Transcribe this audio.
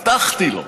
הבטחתי לו.